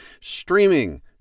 streaming